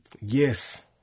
Yes